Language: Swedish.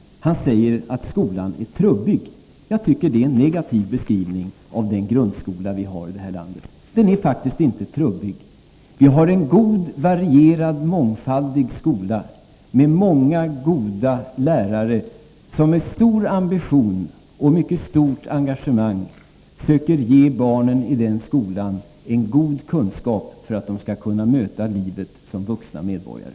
Han säger att skolan är trubbig. Jag tycker att det är en negativ beskrivning av den grundskola vi har i det här landet. Den är faktiskt inte trubbig. Vi har en god, varierande, mångfaldig skola med många goda lärare som med stor ambition och mycket stort engagemang söker ge barnen i den skolan en god kunskap för att de skall kunna möta livet som vuxna medborgare.